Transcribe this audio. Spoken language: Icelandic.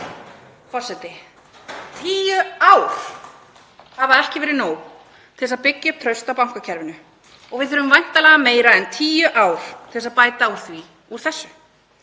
Forseti. Tíu ár hafa ekki verið nóg til að byggja upp traust á bankakerfinu og úr þessu þurfum við væntanlega meira en tíu ár til að bæta úr því. Þetta